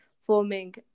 forming